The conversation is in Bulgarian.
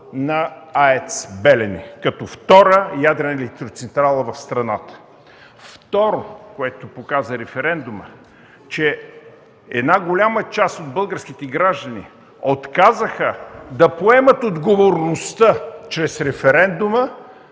на АЕЦ „Белене” като втора ядрена електроцентрала в страната. Второто, което показа референдумът е, че голяма част от българските граждани отказаха да поемат отговорността чрез референдума